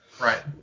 Right